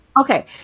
Okay